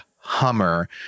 Hummer